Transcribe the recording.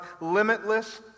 limitless